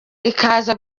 ikaza